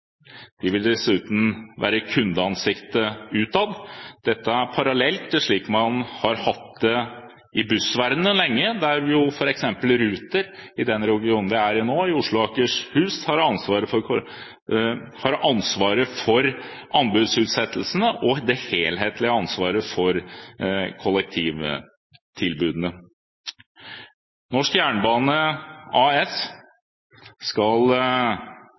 vil dessuten være kundeansiktet utad. Dette er en parallell til det man lenge har hatt i bussverdenen, der f.eks. Ruter, i den regionen det nå er i – i Oslo og Akershus – har ansvaret for anbudsutsettelsene og har det helhetlige ansvaret for kollektivtilbudene. Norsk Jernbane AS